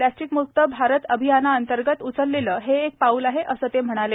प्लस्टिकमुक्त भारत अभियानाअंतर्गत उचलेलं हे एक पाऊल आहे असं ते म्हणाले